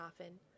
often